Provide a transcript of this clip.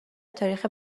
تاریخ